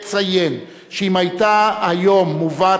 קובע שהצעת החוק למניעת אלימות (שירותי רווחה),